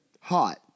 hot